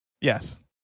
Yes